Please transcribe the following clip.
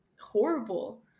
horrible